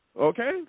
Okay